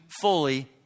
fully